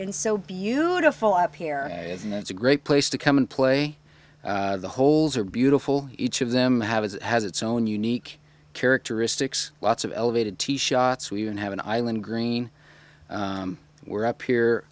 and so beautiful out here and it's a great place to come and play the holes are beautiful each of them have is has its own unique characteristics lots of elevated tee shots we even have an island green we're up here